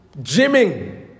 gymming